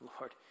lord